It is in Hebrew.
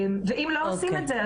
ואם לא עושים את זה,